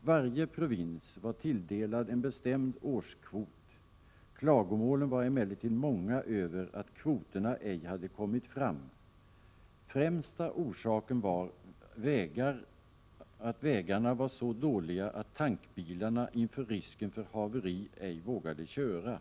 Varje provins var tilldelad en bestämd årskvot. Klagomålen var emellertid många över att kvoterna ej hade kommit fram. Främsta orsaken var att vägarna var så dåliga att tankbilarna inför risken för haveri ej vågade köra.